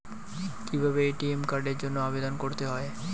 কিভাবে এ.টি.এম কার্ডের জন্য আবেদন করতে হয়?